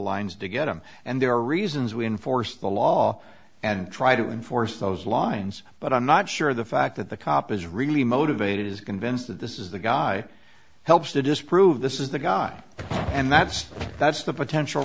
lines to get him and there are reasons we enforce the law and try to enforce those lines but i'm not sure the fact that the cop is really motivated is convinced that this is the guy helps to disprove this is the guy and that's that's the potential